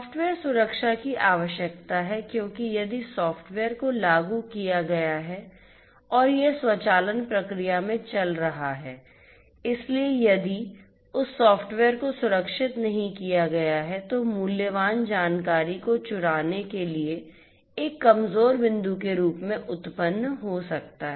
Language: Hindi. सॉफ़्टवेयर सुरक्षा की आवश्यकता है क्योंकि यदि सॉफ़्टवेयर को लागू किया गया है और यह स्वचालन प्रक्रिया में चल रहा है इसलिए यदि उस सॉफ़्टवेयर को सुरक्षित नहीं किया गया है तो मूल्यवान जानकारी को चुराने के लिए एक कमजोर बिंदु के रूप में उत्पन्न हो सकता है